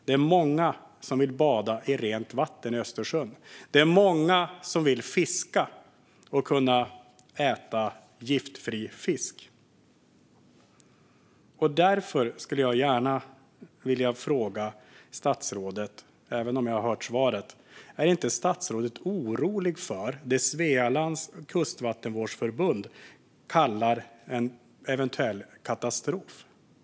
Det är många som vill bada i rent vatten i Östersjön. Det är många som vill fiska och kunna äta giftfri fisk. Därför skulle jag gärna vilja fråga statsrådet, även om jag har hört svaret: Är inte statsrådet orolig för det som Svealands Kustvattenvårdsförbund kallar en eventuell katastrof?